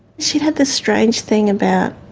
she'd have this strange thing about,